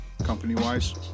company-wise